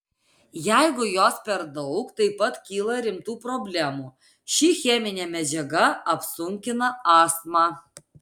jeigu jos per daug taip pat kyla rimtų problemų ši cheminė medžiaga apsunkina astmą